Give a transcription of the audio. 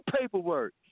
paperwork